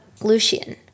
lucian